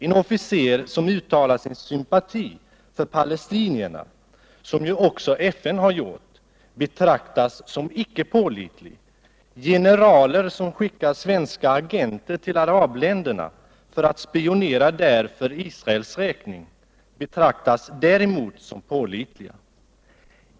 En officer som uttalar sin sympati för palestinierna — som ju också FN har gjort — betraktas som icke pålitlig. Generaler som skickar svenska agenter till arabländerna för att spionera där för Israels räkning betraktas däremot som pålitliga.